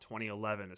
2011